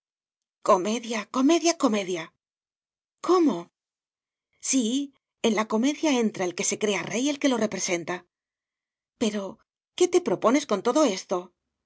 comedia comedia cómo sí en la comedia entra el que se crea rey el que lo representa pero qué te propones con todo esto